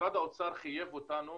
משרד האוצר חייב אותנו